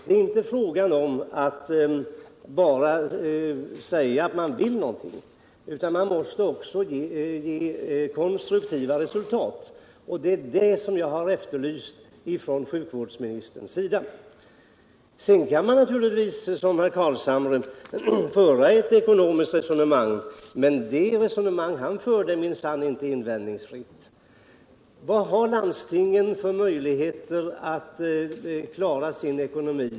Det är inte frågan om att bara säga att man vill någonting, utan man måste också åstadkomma konstruktiva resultat. Det är det jag efterlyser från sjukvårdsministern. Sedan kan man naturligtvis, som herr Carlshamre, föra ett ekonomiskt resonemang. Men det resonemang han förde är minsann inte invändningsfritt. Vad har landstingen för möjligheter att klara sin ekonomi?